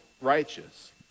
righteous